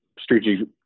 strategic